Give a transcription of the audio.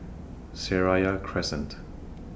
Seraya Crescent